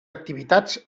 activitats